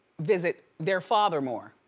visit their father more.